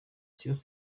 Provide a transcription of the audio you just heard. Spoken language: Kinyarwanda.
sibyo